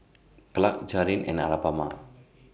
Clarke Jaren and Alabama